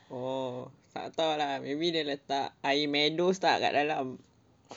oh tak tahu lah maybe dia letak air kat dalam